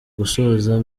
gusoza